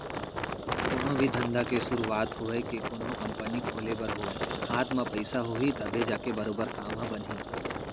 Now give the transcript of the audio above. कोनो भी धंधा के सुरूवात होवय के कोनो कंपनी खोले बर होवय हाथ म पइसा होही तभे जाके बरोबर काम ह बनही